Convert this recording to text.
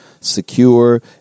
secure